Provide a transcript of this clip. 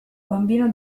bambino